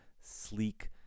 sleek